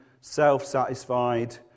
self-satisfied